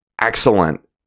excellent